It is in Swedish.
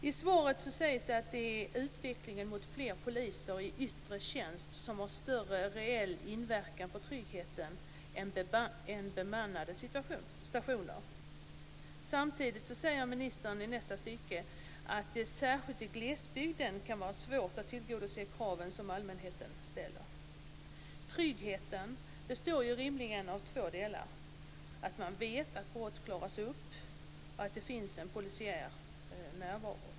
I svaret sägs att det är utvecklingen mot fler poliser i yttre tjänst som har större reell inverkan på tryggheten än bemannade stationer. Samtidigt säger ministern i nästa stycke att det särskilt i glesbygden kan vara svårt att tillgodose de krav som allmänheten ställer. Tryggheten består rimligen av två delar: att man vet att brott klaras upp och att det finns en polisiär närvaro.